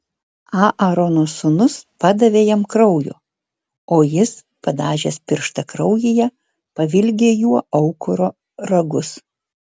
aarono sūnūs padavė jam kraujo o jis padažęs pirštą kraujyje pavilgė juo aukuro ragus